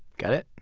got it?